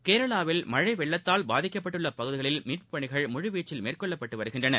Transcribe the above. கேரளாவில் மழைவெள்ளத்தால் பாதிக்கப்பட்டுள்ளபகுதிகளில் மீட்புப் பணிகள் முழுவீச்சில் மேற்கொள்ளப்பட்டுவருகின்றன